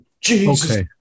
Jesus